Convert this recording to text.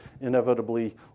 inevitably